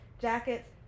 jackets